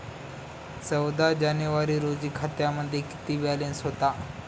चौदा जानेवारी रोजी खात्यामध्ये किती बॅलन्स होता?